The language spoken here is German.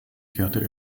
kehrte